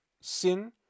Sin